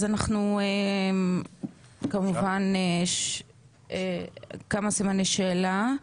אז אנחנו כמובן עם כמה סימני שאלה,